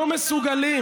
לא מסוגלים,